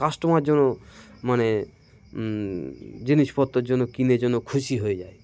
customer জন্য মানে জিনিসপত্রের জন্য কিনে জন্য খুশি হয়ে যায়